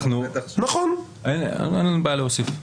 אין לנו בעיה להוסיף.